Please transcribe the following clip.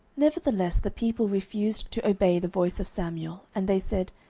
nevertheless the people refused to obey the voice of samuel and they said,